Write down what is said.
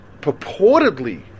purportedly